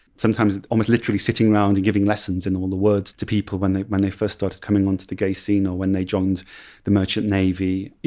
sometimes almost literally sitting round and giving lessons in all the words to people when they when they first started coming onto the gay scene or when they joined the merchant navy.